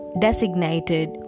designated